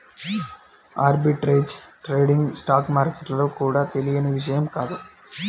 arbitrage trading stock మార్కెట్లలో కూడా తెలియని విషయం కాదు